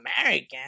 American